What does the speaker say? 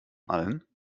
allen